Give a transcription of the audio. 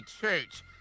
church